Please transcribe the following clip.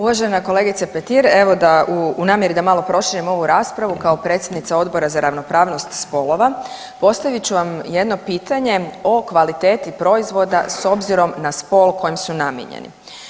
Uvažena kolegice Petir, evo u namjeri da malo proširim ovu raspravu kao predsjednica Odbora za ravnopravnost spolova postavit ću vam jedno pitanje o kvaliteti proizvoda s obzirom na spol kojem su namijenjeni.